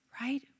right